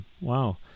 Wow